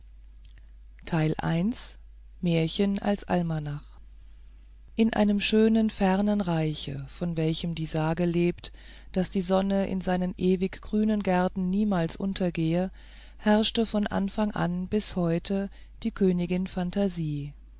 märchen als almanach in einem schönen fernen reiche von welchem die sage lebt daß die sonne in seinen ewig grünen gärten niemals untergehe herrschte von anfang an bis heute die königin phantasie